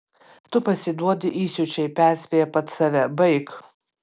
tu pasiduodi įsiūčiui perspėja pats save baik